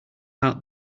out